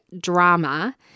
drama